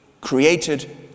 created